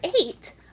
eight